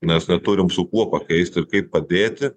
mes neturim su kuo pakeisti kaip padėti